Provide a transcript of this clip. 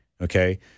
Okay